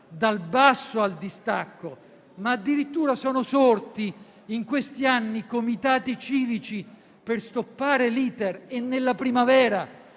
dal basso al distacco, ma addirittura sono sorti in questi anni comitati civici per stoppare l'*iter* e nella primavera